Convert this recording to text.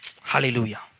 Hallelujah